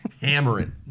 hammering